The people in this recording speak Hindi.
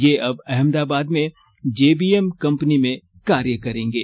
ये अब अहमदाबाद में जेबीएम कंपनी में कार्य करेंगे